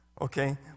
Okay